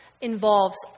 involves